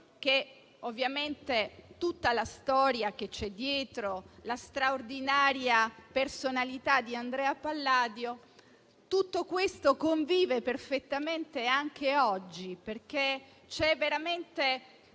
che ovviamente tutta la storia che c'è dietro e la straordinaria personalità di Andrea Palladio convivono perfettamente anche oggi, perché c'è veramente